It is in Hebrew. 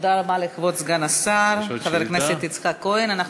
תודה רבה לכבוד סגן השר חבר הכנסת יצחק כהן.